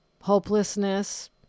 hopelessness